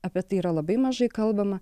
apie tai yra labai mažai kalbama